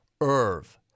Irv